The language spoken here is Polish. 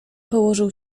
położył